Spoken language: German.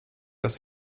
das